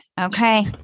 Okay